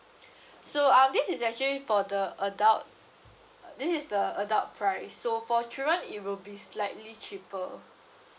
so um this is actually for the adult this is the adult price so for children it will be slightly cheaper